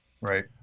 right